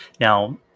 Now